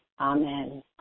amen